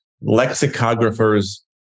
lexicographers